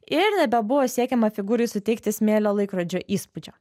ir nebebuvo siekiama figūrai suteikti smėlio laikrodžio įspūdžio